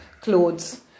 clothes